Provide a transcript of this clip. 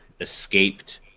escaped